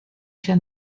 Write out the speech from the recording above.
się